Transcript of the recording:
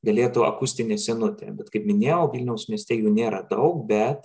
galėtų akustinė sienutė bet kaip minėjau vilniaus mieste jų nėra daug bet